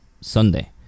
Sunday